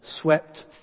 swept